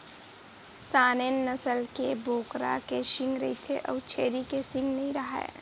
Saanen नसल के बोकरा के सींग रहिथे अउ छेरी के सींग नइ राहय